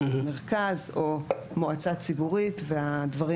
אותו מרכז או מועצה ציבורית והדברים